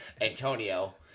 Antonio